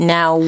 Now